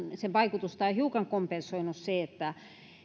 sen vaikutusta on hieman kompensoinut se että